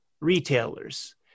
retailers